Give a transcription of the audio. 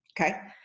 okay